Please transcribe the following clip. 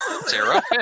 Sarah